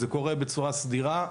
זה קורה בצורה סדירה.